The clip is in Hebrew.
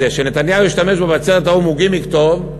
שנתניהו השתמש בו בעצרת האו"ם הוא גימיק טוב,